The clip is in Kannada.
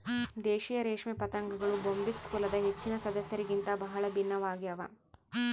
ದೇಶೀಯ ರೇಷ್ಮೆ ಪತಂಗಗಳು ಬೊಂಬಿಕ್ಸ್ ಕುಲದ ಹೆಚ್ಚಿನ ಸದಸ್ಯರಿಗಿಂತ ಬಹಳ ಭಿನ್ನವಾಗ್ಯವ